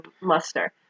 muster